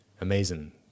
Amazing